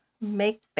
make